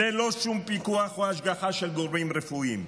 ללא שום פיקוח או השגחה של גורמים רפואיים,